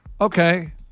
Okay